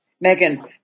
Megan